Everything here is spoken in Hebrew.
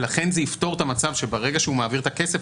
ולכן זה יפתור את המצב שברגע שהוא מעביר את הכסף,